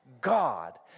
God